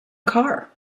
car